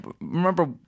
remember